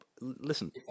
Listen